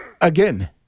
Again